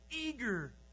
eager